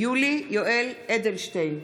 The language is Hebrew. יולי יואל אדלשטיין,